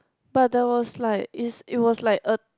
but there was like is it was like a